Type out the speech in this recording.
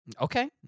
Okay